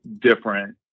different